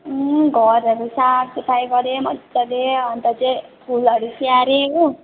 घरहरू साफ सफाइ गरेँ मजाले अन्त चाहिँ फुलहरू स्याहारे हो